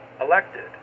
elected